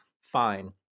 fine